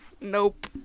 Nope